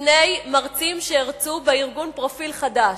בפני מרצים שהרצו בארגון "פרופיל חדש",